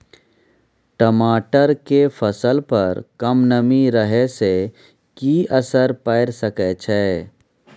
टमाटर के फसल पर कम नमी रहै से कि असर पैर सके छै?